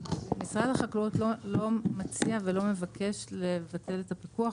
משרד החקלאות לא מציע ולא מבקש לבטל את הפיקוח.